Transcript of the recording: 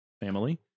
family